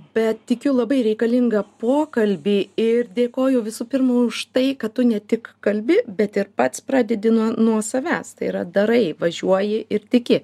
bet tikiu labai reikalingą pokalbį ir dėkoju visų pirma už tai kad tu ne tik kalbi bet ir pats pradedi nuo nuo savęs tai yra darai važiuoji ir tiki